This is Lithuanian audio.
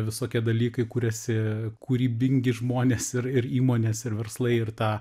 visokie dalykai kuriasi kūrybingi žmonės ir ir įmonės ir verslai ir tą